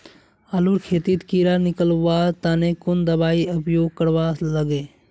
आलूर खेतीत कीड़ा निकलवार तने कुन दबाई उपयोग करवा लगे?